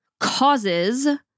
causes